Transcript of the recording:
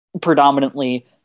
predominantly